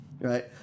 Right